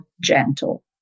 gentle